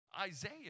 Isaiah